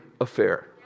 affair